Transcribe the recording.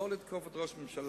לא לתקוף את ראש הממשלה,